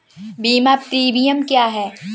बीमा प्रीमियम क्या है?